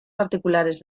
particulares